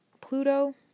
Pluto